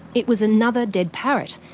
it was another dead parrot.